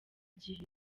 gihe